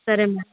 సరే మేడమ్